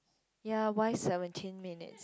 ya why seventeen minutes